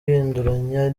uhinduranya